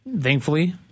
thankfully